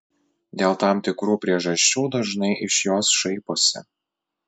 dėl tam tikrų priežasčių dažnai iš jos šaiposi